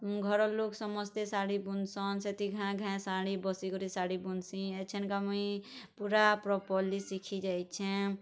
ଘରର ଲୋକ ସମସ୍ତେ ଶାଢ଼ି ବୁନ୍ସନ୍ ସେଥି ଘାଁଏ ଘାଁଏ ଶାଢ଼ି ବସି କରି ଶାଢ଼ି ବୁନ୍ସି ଏଛେନ୍କେ ମୁଇଁ ପୁରା ପ୍ରପର୍ଲି ଶିଖି ଯାଇଛେଁ